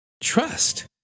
trust